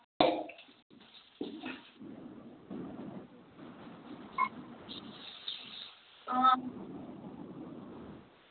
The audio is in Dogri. आं